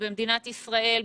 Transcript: במדינת ישראל,